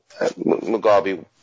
Mugabe